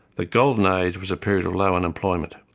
the golden age was a period of low unemployment.